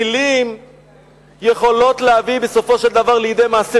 מלים יכולות להביא בסופו של דבר לידי מעשה,